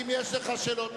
כמה הסכום?